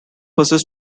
buses